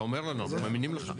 אתה אומר לנו, אנחנו מאמינים לך.